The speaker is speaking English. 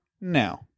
now